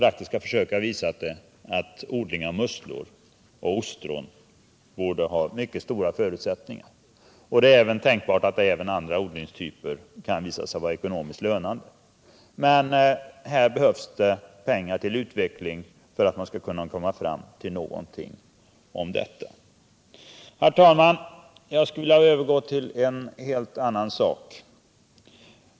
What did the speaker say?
Praktiska försök har visat att det finns mycket stora förutsättningar att där odla musslor och ostron, och det är tänkbart att även andra typer av odling kan vara ekonomiskt lönande. Men det behövs pengar till en försöksodling, om man skall kunna nå något resultat. Herr talman! Efter detta vill jag övergå till en helt annan sak.